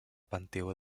panteó